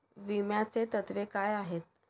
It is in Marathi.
विम्याची तत्वे काय आहेत?